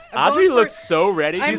audrey looks so ready.